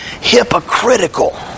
hypocritical